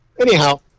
anyhow